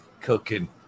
cooking